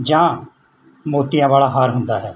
ਜਾਂ ਮੋਤੀਆਂ ਵਾਲਾ ਹਾਰ ਹੁੰਦਾ ਹੈ